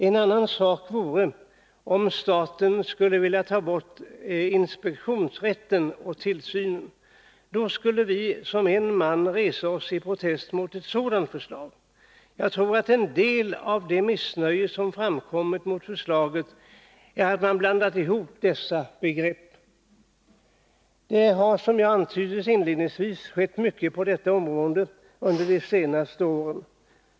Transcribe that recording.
En annan sak vore om staten skulle vilja ta bort inspektionsrätten och tillsynen. Mot ett sådant förslag skulle vi som en man resa oss i protest. Jag tror att en del av det missnöje som framkommit mot förslaget beror på att man blandat ihop dessa begrepp. Det har, som jag antydde inledningsvis, skett mycket på detta område under de senaste åren.